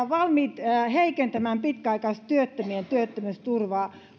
valmiit heikentämään pitkäaikaistyöttömien työttömyysturvaa